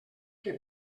que